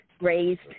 raised